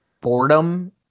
boredom